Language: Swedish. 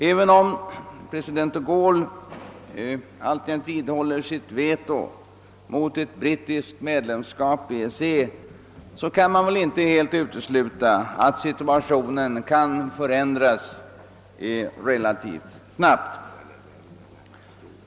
Även om president de Gaulle alltjämt vidhåller sitt veto mot ett brittiskt medlemskap i EEC, är det väl inte helt uteslutet att situationen kan förändras relativt snabbt.